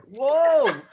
whoa